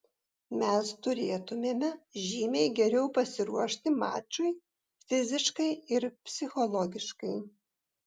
mes turėtumėme žymiai geriau pasiruošti mačui fiziškai ir psichologiškai